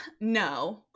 No